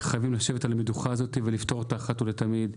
חייבים לשבת על המדוכה ולפתור את זה אחת ולתמיד.